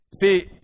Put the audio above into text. See